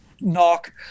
knock